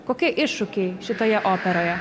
kokie iššūkiai šitoje operoje